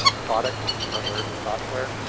ah products such as hardware and software,